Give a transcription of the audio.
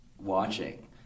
watching